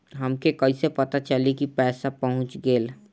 हमके कईसे पता चली कि पैसा पहुच गेल?